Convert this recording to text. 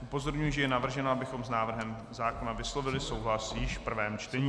Upozorňuji, že je navrženo, abychom s návrhem zákona vyslovili souhlas již v prvém čtení.